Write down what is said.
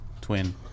twin